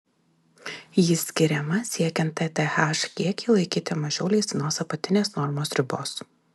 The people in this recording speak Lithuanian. ji skiriama siekiant tth kiekį laikyti mažiau leistinos apatinės normos ribos